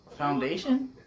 Foundation